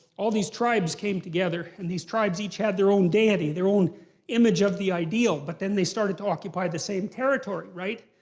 all these tribes came together. and these tribes each had their own deity, their own image of the ideal. but then they started to occupy the same territory, right?